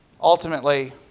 Ultimately